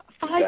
five